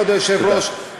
כבוד היושב-ראש,